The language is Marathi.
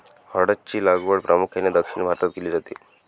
हळद ची लागवड प्रामुख्याने दक्षिण भारतात केली जाते